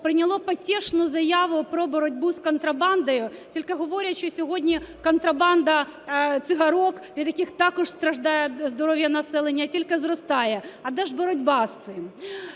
прийняло потішну заяву про боротьбу з контрабандою, тільки говорять, що сьогодні контрабанда цигарок, від яких також страждає здоров'я населення, тільки зростає. А де ж боротьба з цим?